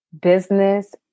business